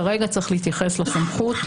כרגע צריך להתייחס לסמכות,